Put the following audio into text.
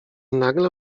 nagle